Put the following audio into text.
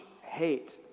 hate